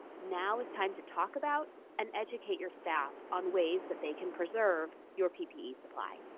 now is time to talk about and educate your staff on ways that they can preserve your ppe supply.